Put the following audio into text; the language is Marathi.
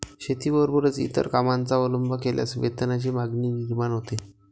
शेतीबरोबरच इतर कामांचा अवलंब केल्यास वेतनाची मागणी निर्माण होते